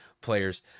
players